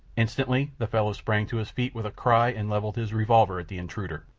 instantly the fellow sprang to his feet with a cry and levelled his revolver at the intruder.